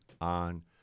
on